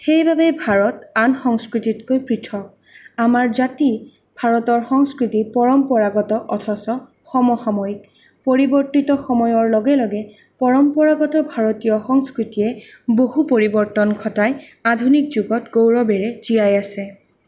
সেইবাবেই ভাৰত আন সংস্কৃতিতকৈ পৃথক আমাৰ জাতি ভাৰতৰ সংস্কৃতি পৰম্পৰাগত অথচ সমসাময়িক পৰিৱৰ্তিত সময়ৰ লগে লগে পৰম্পৰাগত ভাৰতীয় সংস্কৃতিয়ে বহু পৰিৱৰ্তন ঘটাই আধুনিক যুগত গৌৰৱেৰে জীয়াই আছে